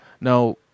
Now